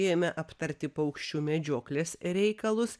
jame aptarti paukščių medžioklės reikalus